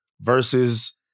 versus